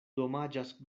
domaĝas